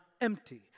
empty